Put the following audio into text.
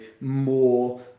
more